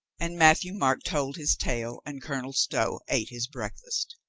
and matthieu-marc told his tale and colonel stow ate his breakfast.